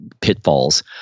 pitfalls